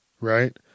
right